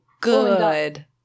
Good